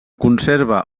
conserva